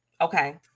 Okay